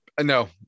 No